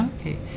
Okay